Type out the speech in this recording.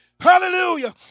hallelujah